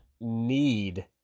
need